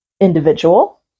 individual